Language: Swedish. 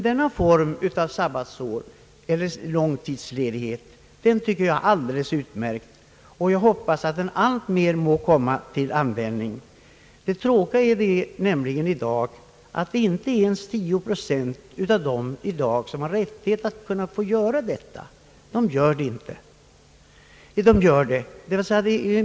Denna form av sabbatsår eller långtidsledighet tycker jag är alldeles utmärkt, och jag hoppas att den alltmer kommer till användning. Det tråkiga är att i dag inte ens 10 procent av de människor som har rättighet att ta sådan ledighet har utnyttjat denna möjlighet.